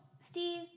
Steve